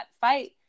fight